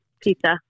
Pizza